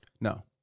No